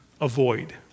avoid